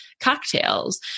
cocktails